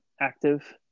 active